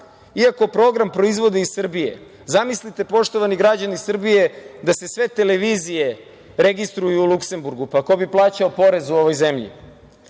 iako program proizvode iz Srbije. Zamislite, poštovani građani Srbije, da se sve televizije registruju u Luksemburgu. Pa ko bi plaćao porez u ovoj zemlji? Suština